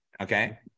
okay